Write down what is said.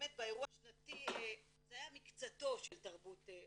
ובאמת באירוע השנתי זה היה מקצתה של תרבות הודו.